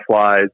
flies